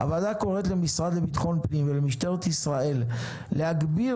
"הוועדה קוראת למשרד לביטחון הפנים ולמשטרת ישראל להגביר